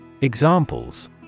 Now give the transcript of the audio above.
Examples